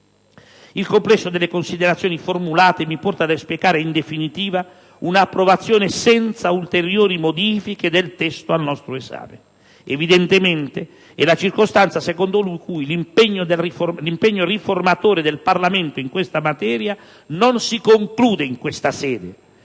Il complesso delle considerazioni formulate mi porta ad auspicare, in definitiva, un'approvazione senza ulteriori modifiche del testo al nostro esame. Evidente è la circostanza secondo cui l'impegno riformatore del Parlamento in questa materia non si conclude in questa sede.